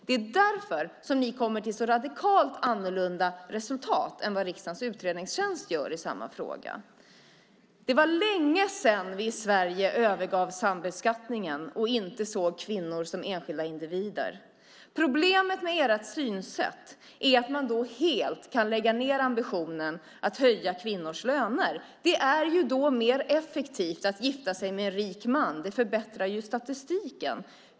Därför kommer ni till ett resultat som är radikalt annorlunda än det som riksdagens utredningstjänst kommer till. Det är länge sedan vi i Sverige övergav sambeskattningen, som inte såg kvinnor som enskilda individer. Problemet med ert synsätt är att man då helt kan lägga ned ambitionen att höja kvinnors löner. Det är ju då mer effektivt att gifta sig med en rik man. Det förbättrar ju statistiken!